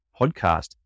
podcast